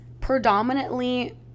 predominantly